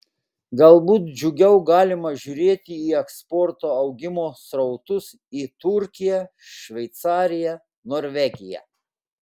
galbūt džiugiau galima žiūrėti į eksporto augimo srautus į turkiją šveicariją norvegiją